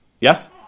Yes